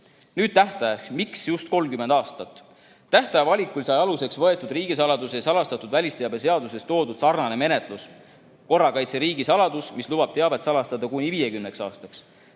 Nüüd tähtajast. Miks just 30 aastat? Tähtaja valikul sai aluseks võetud riigisaladuse ja salastatud välisteabe seaduses toodud sarnane menetlus, korrakaitse riigisaladus, mis lubab teavet salastada kuni 50 aastaks.